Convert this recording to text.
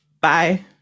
bye